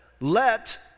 let